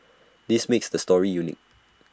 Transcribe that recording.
this makes the store unique